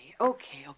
Okay